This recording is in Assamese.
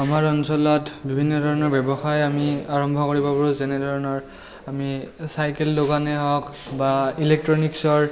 আমাৰ অঞ্চলত বিভিন্ন ধৰণৰ ব্যৱসায় আমি আৰম্ভ কৰিব পাৰোঁ যেনে ধৰণৰ আমি চাইকেল দোকানেই হওক বা ইলেক্ট্ৰনিকছৰ